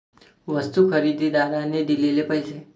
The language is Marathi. वस्तू खरेदीदाराने दिलेले पैसे